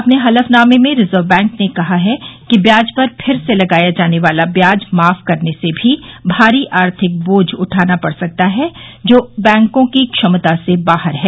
अपने हलफनामे में रिजर्व बैंक र्न कहा है कि ब्याज पर फिर से लगाया जाने वाला ब्याज माफ करने से भी भारी आर्थिक बोझ उठाना पड सकता है जो बैंकों की क्षमता से बाहर है